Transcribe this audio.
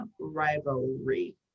rivalry